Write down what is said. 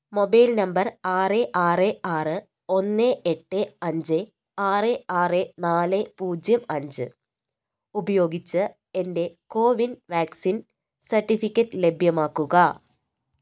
mobile number ആറ് ആറ് ആറ് ഒന്ന് എട്ട് അഞ്ച് ആറ് ആറ് നാല് പൂജ്യം അഞ്ച് ഉപയോഗിച്ച് എന്റെ കോവിൻ വാക്സിൻ സർട്ടിഫിക്കറ്റ് ലഭ്യമാക്കുക